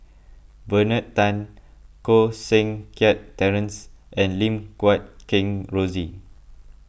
Bernard Tan Koh Seng Kiat Terence and Lim Guat Kheng Rosie